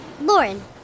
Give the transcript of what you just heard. Lauren